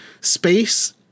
space